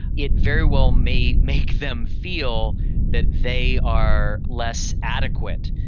it very well may make them feel that they are less adequate,